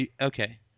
Okay